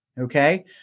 okay